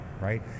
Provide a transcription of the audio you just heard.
right